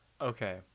Okay